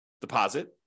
deposit